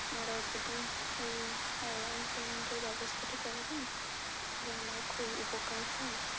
আপনারা যদি এই অনলাইন পেমেন্টের ব্যবস্থাটি করে দেন থালে আমার খুব উপকার হয়